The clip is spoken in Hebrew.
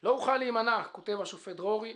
"לא אוכל להימנע", כותב השופט דרורי,